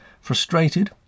Frustrated